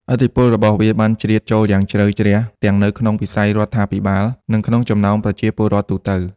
ឥទ្ធិពលរបស់វាបានជ្រៀតចូលយ៉ាងជ្រៅជ្រះទាំងនៅក្នុង វិស័យរដ្ឋាភិបាល និងក្នុងចំណោម ប្រជាពលរដ្ឋទូទៅ។